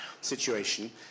situation